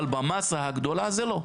אבל במסה הגדולה זה לא.